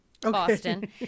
Boston